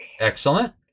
Excellent